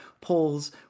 polls